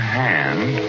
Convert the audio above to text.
hand